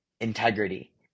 integrity